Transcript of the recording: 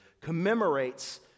commemorates